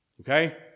Okay